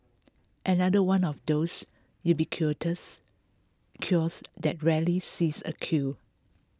another one of those ubiquitous kiosks that rarely sees a queue